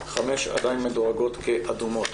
חמש עדיין מדורגות כאדומות.